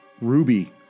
Ruby